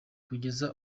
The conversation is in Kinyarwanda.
kugeza